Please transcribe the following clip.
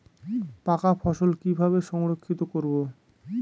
পাকা ফসল কিভাবে সংরক্ষিত করব?